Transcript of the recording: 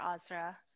Azra